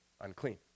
unclean